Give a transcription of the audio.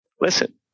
listen